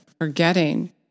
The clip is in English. forgetting